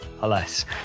alas